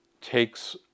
takes